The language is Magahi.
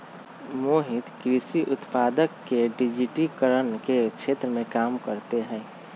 मोहित कृषि उत्पादक के डिजिटिकरण के क्षेत्र में काम करते हई